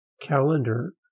calendar